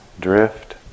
drift